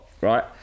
Right